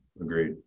Agreed